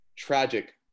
tragic